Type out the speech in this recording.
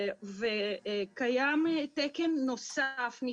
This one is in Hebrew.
קיים תקן נוסף של